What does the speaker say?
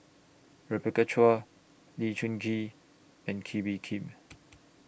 Rebecca Chua Lee Choon and Kee Bee Khim